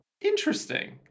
interesting